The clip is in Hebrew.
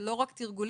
ולא רק תרגולים,